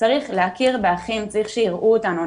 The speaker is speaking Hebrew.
צריך להכיר באחים, צריך שיראו אותנו.